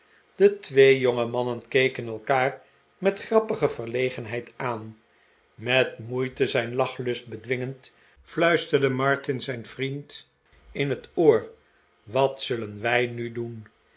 de twee jongemannen keken elkaar met grappige verlegenheid aan met rnoeite zijn lachlust bedwingend fluisterde martin zijn vriend in het oor wat zullen wij'nu doen